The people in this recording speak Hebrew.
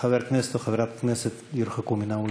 חבר הכנסת או חברת הכנסת יורחקו מן האולם.